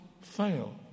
fail